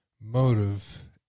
Motive